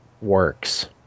works